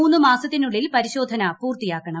മൂന്ന് മാസത്തിനുള്ളിൽ പരിശോധന പൂർത്തിയാക്കണം